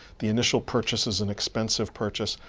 the initial purchase is an expensive purchase.